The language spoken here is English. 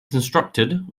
constructed